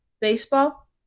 Baseball